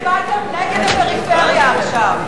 הצבעתם נגד הפריפריה עכשיו.